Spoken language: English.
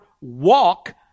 Walk